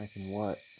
what?